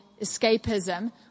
escapism